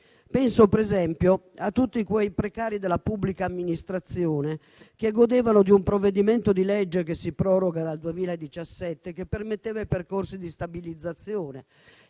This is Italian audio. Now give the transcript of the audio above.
Penso per esempio a tutti quei precari della pubblica amministrazione che godevano di un provvedimento di legge che si proroga dal 2017 e che permetteva i percorsi di stabilizzazione,